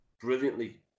brilliantly